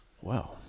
Wow